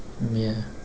ya